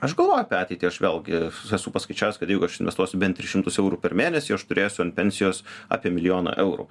aš galvoju apie ateitį aš vėlgi esu paskaičiavęs kad jeigu aš investuosiu bent tris šimtus eurų per mėnesį aš turėsiu ant pensijos apie milijoną eurų